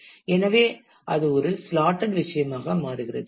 எனவே அது ஒரு ஸ்லாட்டெட் விஷயமாக மாறுகிறது